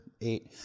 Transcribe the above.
eight